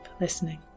listening